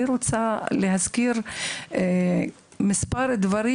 אני רוצה להזכיר מספר דברים,